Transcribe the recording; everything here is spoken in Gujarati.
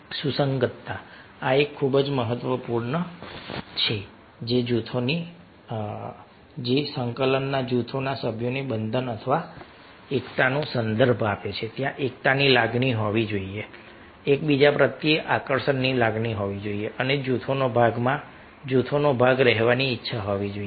સુસંગતતા આ ખૂબ જ મહત્વપૂર્ણ છે સંકલનતા જૂથના સભ્યોના બંધન અથવા એકતાનો સંદર્ભ આપે છે ત્યાં એકતાની લાગણી હોવી જોઈએ એકબીજા પ્રત્યે આકર્ષણની લાગણી હોવી જોઈએ અને જૂથનો ભાગ રહેવાની ઇચ્છા હોવી જોઈએ